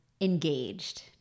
engaged